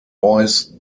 boys